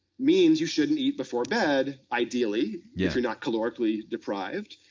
means you shouldn't eat before bed, ideally, yeah if you're not calorically-deprived.